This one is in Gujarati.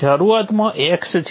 શરૂઆતમાં x છે